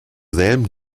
selben